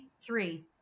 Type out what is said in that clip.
three